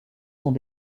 sont